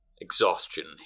exhaustion